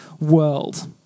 world